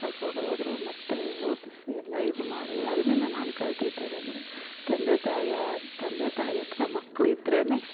ಕರ್ಕೊಂಡು ಹೋದರು ಮತ್ತು ಓದಿಸಿ ಎಲ್ಲ ಇದು ಮಾಡಿದ್ರು ಅದರಿಂದ ನಾನು ಕಲ್ತಿದ್ದು ಏನು ಅಂದರೆ ತಂದೆ ತಾಯಿಯ ತಂದೆ ತಾಯಿಯಹತ್ರ ಮಕ್ಳು ಇದ್ರೆ